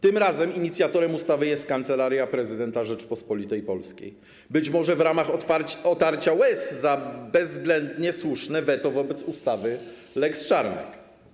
Tym razem inicjatorem ustawy jest Kancelaria Prezydenta Rzeczypospolitej Polskiej, być może na otarcie łez za bezwzględnie słuszne weto wobec ustawy lex Czarnek.